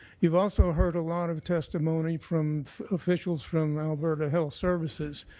you've also heard a lot of testimony from officials from alberta health services,